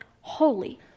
holy